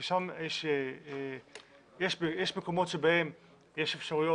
כי שם יש מקומות שבהם יש אפשרויות,